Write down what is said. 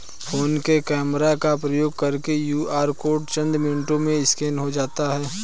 phone के camera का प्रयोग करके क्यू.आर कोड चंद मिनटों में स्कैन हो जाता है